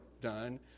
done